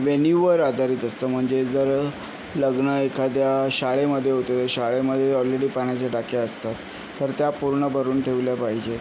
वेन्यूवर आधारित असतं म्हणजे जर लग्न एखाद्या शाळेमध्ये होते तर शाळेमध्ये ऑलरेडी पाण्याच्या टाक्या असतात तर त्या पूर्ण भरून ठेवल्या पाहिजेत